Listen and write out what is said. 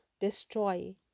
destroy